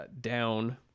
down